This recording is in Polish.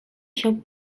się